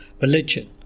religion